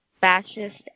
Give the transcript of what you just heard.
fascist